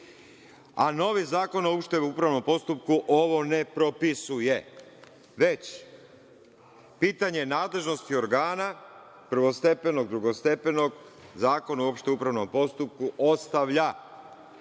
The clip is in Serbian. a novi zakon o opštem upravnom postupku ovo ne propisuje, već pitanje nadležnosti organa, prvostepenog, drugostepenog, zakon o opštem upravnom postupku ostavlja